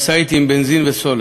משאית עם בנזין וסולר,